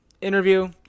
interview